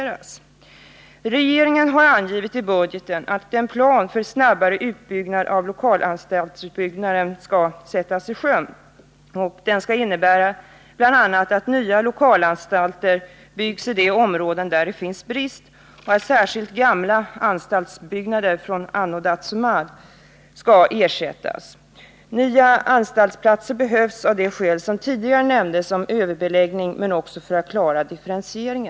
Regeringen har i budgeten angivit att en plan för snabbare utbyggnad av lokalanstalterna skall sättas i sjön, vilket innebär bl.a. att nya lokalanstalter byggs i områden där det finns brist och att anstaltsbyggnader från anno dazumal skall ersättas. Nya anstaltsplatser behövs av de skäl som tidigare nämndes och som har att göra med överbeläggningen, men också för att klara en differentiering.